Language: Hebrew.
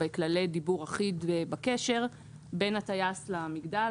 בכללי דיבור אחיד בקשר בין הטייס למגדל,